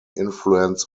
influence